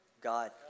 God